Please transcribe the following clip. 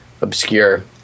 obscure